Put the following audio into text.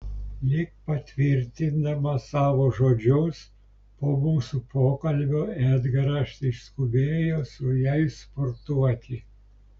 lyg patvirtindamas savo žodžius po mūsų pokalbio edgaras išskubėjo su jais sportuoti